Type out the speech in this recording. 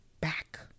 back